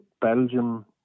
belgium